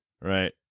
Right